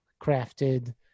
crafted